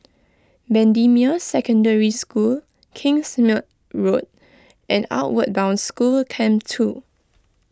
Bendemeer Secondary School Kingsmead Road and Outward Bound School Camp two